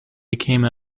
became